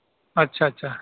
اچھا اچھا